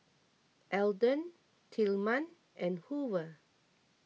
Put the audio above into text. Elden Tilman and Hoover